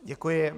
Děkuji.